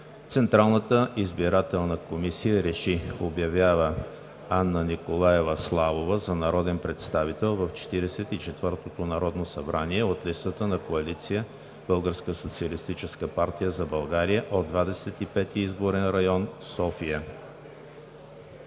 Централната избирателна комисия РЕШИ: Обявява Анна Николаева Славова за народен представител в 44-ото народно събрание от листата на коалиция „БСП за България“ от Двадесет и пети изборен район – София.“